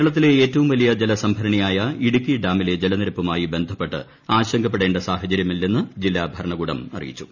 കേരളത്തിലെ ഏറ്റവും വലിയ ജലസംഭരണിയായ ഇടുക്കി ഡാമിലെ ജലനിരപ്പുമായി ബന്ധപ്പെട്ട് ആശങ്കപ്പെടേണ്ട സാഹചര്യമില്ലെന്ന് ജില്ലാ ഭരണകൂടം അറിയിച്ചു